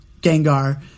Gengar